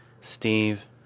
Steve